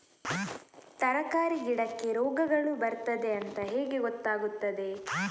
ತರಕಾರಿ ಗಿಡಕ್ಕೆ ರೋಗಗಳು ಬರ್ತದೆ ಅಂತ ಹೇಗೆ ಗೊತ್ತಾಗುತ್ತದೆ?